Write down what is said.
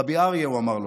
רבי אריה, הוא אמר לו,